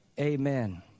Amen